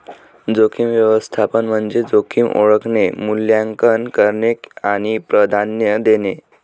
जोखीम व्यवस्थापन म्हणजे जोखीम ओळखणे, मूल्यांकन करणे आणि प्राधान्य देणे